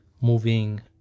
moving